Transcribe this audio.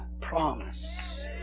promise